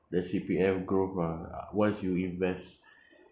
the C_P_F growth ah once you invest